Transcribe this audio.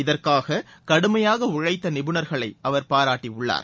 இதற்காககடுமையாகஉழைத்தநிபுணர்களைஅவர் பாராட்டியுள்ளார்